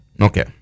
Okay